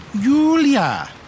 Julia